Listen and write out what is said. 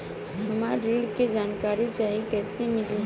हमरा ऋण के जानकारी चाही कइसे मिली?